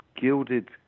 gilded